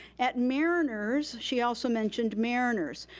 at mariners, she also mentioned mariners.